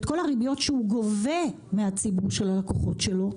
את כל הריביות שהוא גובה מהציבור של הלקוחות שלו,